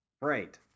Right